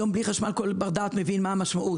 היום כל בר דעת מבין מה זה כשאין חשמל.